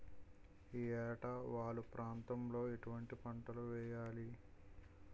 ఏటా వాలు ప్రాంతం లో ఎటువంటి పంటలు వేయాలి?